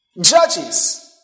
judges